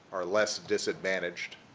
are less disadvantaged